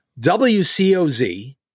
WCOZ